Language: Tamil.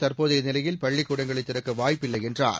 தற்போதைய நிலையில் பள்ளிக் கூடங்களை திறக்க வாய்ப்பில்லை என்றார்